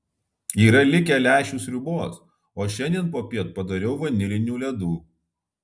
yra likę lęšių sriubos o šiandien popiet padariau vanilinių ledų